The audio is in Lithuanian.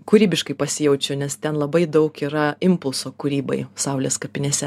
kūrybiškai pasijaučiu nes ten labai daug yra impulsų kūrybai saulės kapinėse